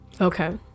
okay